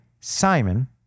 Simon